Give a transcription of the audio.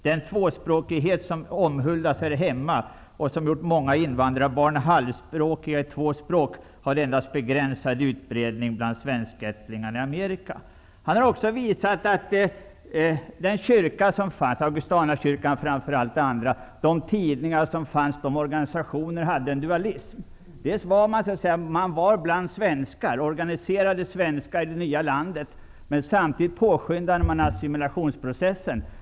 Den tvåspråkighet som omhuldas här hemma och som gjort många invandrarbarn halvspråkiga i två språk, hade endast begränsad utbredning bland svenskättlingarna i Amerika.'' Beijbom pekar också på att svenska kyrkor, framför allt Augustanakyrkan, liksom även tidningar och organisationer bland emigranterna uppvisade en dualism. Dels organiserade sig svenskarna tillsammans i det nya landet, dels påskyndade man härigenom assimilationsprocessen.